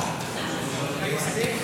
לוועדת הכנסת נתקבלה.